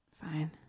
Fine